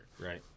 Right